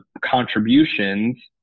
contributions